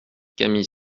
camille